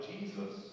Jesus